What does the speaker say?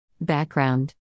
Background